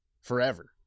forever